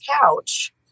couch